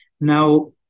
Now